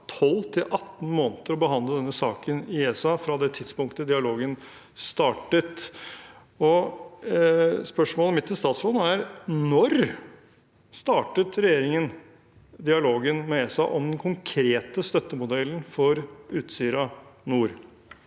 12–18 måneder å behandle denne saken i ESA fra det tidspunktet dialogen startet. Spørsmålet mitt til statsråden er: Når startet regjeringen dialogen med ESA om den konkrete støttemodellen for Utsira Nord?